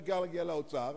בעיקר בגלל האוצר,